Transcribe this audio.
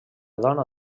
dona